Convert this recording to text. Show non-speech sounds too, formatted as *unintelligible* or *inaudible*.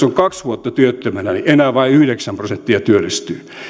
*unintelligible* on ollut kaksi vuotta työttömänä niin enää vain yhdeksän prosenttia työllistyy